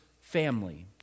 family